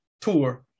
tour